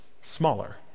smaller